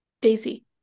Daisy